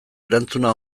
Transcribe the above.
erantzuna